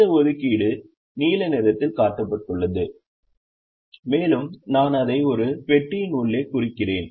இந்த ஒதுக்கீடு நீல நிறத்தில் காட்டப்பட்டுள்ளது மேலும் நான் அதை ஒரு பெட்டியின் உள்ளே குறிக்கிறேன்